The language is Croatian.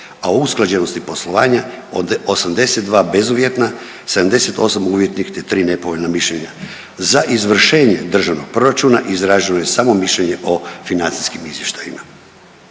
a o usklađenosti poslovanja 82 bezuvjetna, 78 uvjetnih te tri nepovoljna mišljenja. Za izvršenje državnog proračuna izraženo je samo mišljenje o financijskim izvještajima.